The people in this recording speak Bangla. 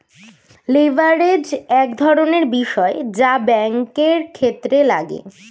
লেভারেজ এক ধরনের বিষয় যা ব্যাঙ্কের ক্ষেত্রে লাগে